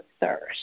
thirst